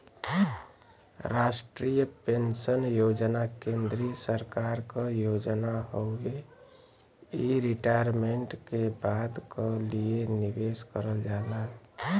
राष्ट्रीय पेंशन योजना केंद्रीय सरकार क योजना हउवे इ रिटायरमेंट के बाद क लिए निवेश करल जाला